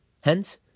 Hence